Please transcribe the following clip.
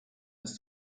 ist